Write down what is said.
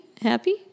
happy